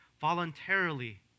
voluntarily